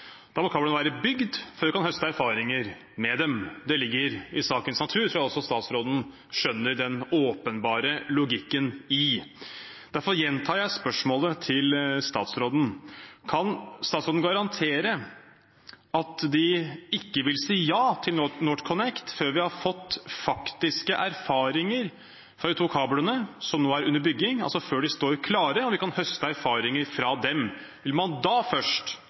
være bygd før vi kan høste erfaringer fra dem. Det ligger i sakens natur, og det tror jeg også statsråden skjønner den åpenbare logikken i. Derfor gjentar jeg spørsmålet til statsråden: Kan statsråden garantere at de ikke vil si ja til NorthConnect før vi har fått faktiske erfaringer fra de to kablene som nå er under bygging, altså før de står klare og vi kan høste erfaringer fra dem? Vil man da først